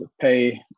pay